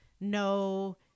no